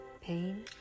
Pain